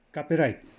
Copyright